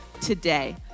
today